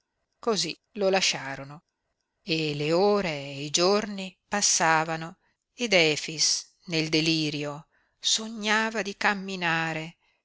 cosí lo lasciarono e le ore e i giorni passavano ed efix nel delirio sognava di camminare